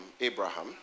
Abraham